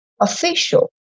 official